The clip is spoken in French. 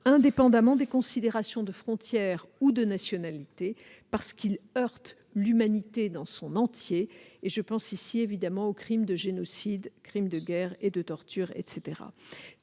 indépendamment des considérations de frontières ou de nationalité, parce qu'ils heurtent l'humanité dans son entier- je pense ici, évidemment, aux crimes de génocide, aux crimes de guerre, de tortures, etc.